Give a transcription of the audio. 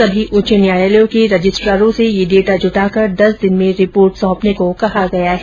सभी उच्च न्यायालयों के रजिस्ट्रारों से ये डेटा जुटाकर दस दिन में रिपोर्ट सौंपने को कहा गया है